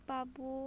Babu